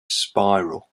spiral